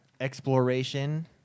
exploration